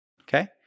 Okay